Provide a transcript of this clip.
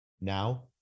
Now